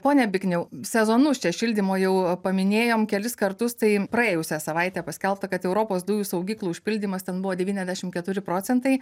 pone bikniau sezonus čia šildymo jau paminėjom kelis kartus tai praėjusią savaitę paskelbta kad europos dujų saugyklų užpildymas ten buvo devyniasdešim keturi procentai